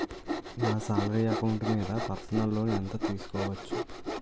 నా salary account మీద personal loan ఎంత తీసుకోవచ్చు?